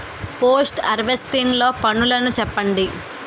Post harvesting లో పనులను చెప్పండి?